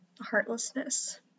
heartlessness